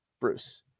Bruce